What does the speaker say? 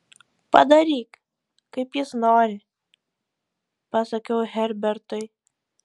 padaryk kaip jis nori pasakiau herbertui